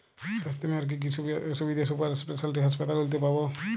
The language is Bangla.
স্বাস্থ্য বীমার কি কি সুবিধে সুপার স্পেশালিটি হাসপাতালগুলিতে পাব?